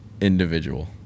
individual